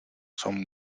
son